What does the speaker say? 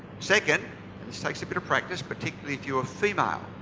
second this takes a bit of practice, particularly if you're female.